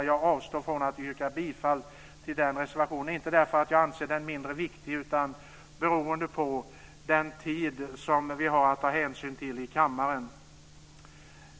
Jag avstår från att yrka bifall till den, inte därför att jag anser den mindre viktig utan beroende på den tid vi har att ta hänsyn till i kammaren.